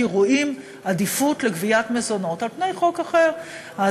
כי רואים עדיפות לגביית מזונות על חוב אחר,